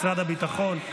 משרד הביטחון,